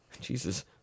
Jesus